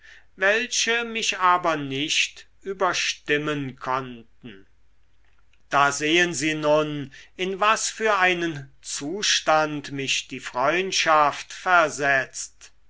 welche mich aber nicht überstimmen konnten da sehen sie nun in was für einen zustand mich die freundschaft versetzt